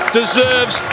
deserves